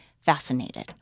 fascinated